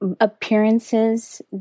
appearances